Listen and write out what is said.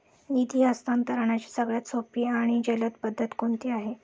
निधी हस्तांतरणाची सगळ्यात सोपी आणि जलद पद्धत कोणती आहे?